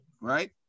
right